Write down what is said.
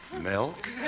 Milk